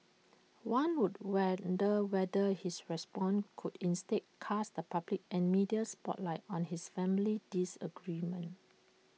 one would wonder whether his response could instead cast the public and media spotlight on this family disagreement